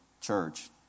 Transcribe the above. church